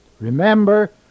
Remember